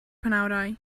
penawdau